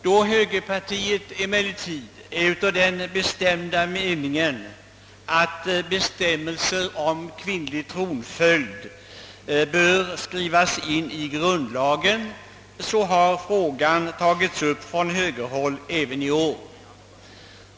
Då högerpartiet emellertid är av den bestämda meningen, att bestämmelser om kvinnlig tronföljd bör skrivas in i grundlagen, har frågan tagits upp från högerhåll även i år.